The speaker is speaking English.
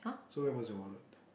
so where was your wallet